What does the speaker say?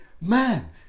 man